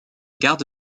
garde